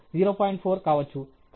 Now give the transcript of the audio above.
4 కావచ్చు